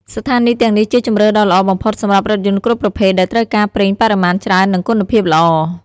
ស្ថានីយ៍ទាំងនេះជាជម្រើសដ៏ល្អបំផុតសម្រាប់រថយន្តគ្រប់ប្រភេទដែលត្រូវការប្រេងបរិមាណច្រើននិងគុណភាពល្អ។